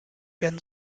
werden